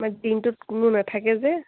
মানে দিনটোত কোনো নাথাকে যে